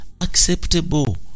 Acceptable